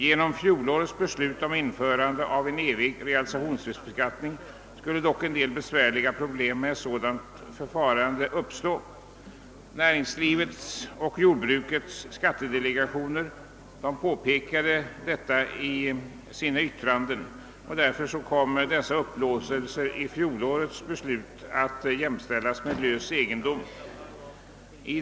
Genom fjolårets beslut om införande av en evig realisationsvinstbeskattning skulle dock en del besvärliga problem med ett sådant förfarande uppstå. Näringslivets och jordbrukets skattedelegationer påpekade detta i sina yttranden, och därför kom dessa upplåtelser i fjolårets beslut att jämställas med vad som stadgades i fråga om lös egendom.